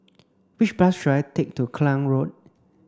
which bus should I take to Klang Road